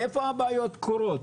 איפה הבעיות קורות?